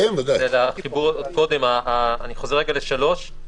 אני חוזר ל-(3).